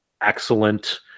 excellent